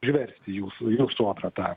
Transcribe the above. užversti jų s jų sodrą tą